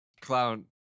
Clown